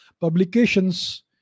publications